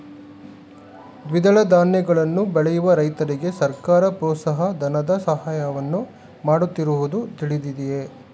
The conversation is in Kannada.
ದ್ವಿದಳ ಧಾನ್ಯಗಳನ್ನು ಬೆಳೆಯುವ ರೈತರಿಗೆ ಸರ್ಕಾರ ಪ್ರೋತ್ಸಾಹ ಧನದ ಸಹಾಯವನ್ನು ಮಾಡುತ್ತಿರುವುದು ತಿಳಿದಿದೆಯೇ?